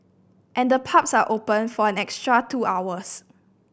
and the pubs are open for an extra two hours